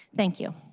thank you.